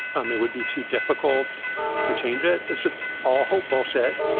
um it would be too difficult to change it. it's just all hope bullshit.